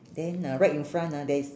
then uh right in front ah there's